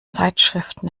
zeitschriften